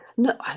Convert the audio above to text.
No